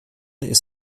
ist